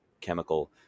chemical